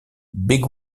big